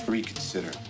Reconsider